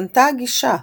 השתנתה הגישה.